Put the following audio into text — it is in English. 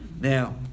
Now